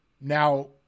Now